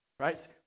right